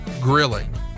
grilling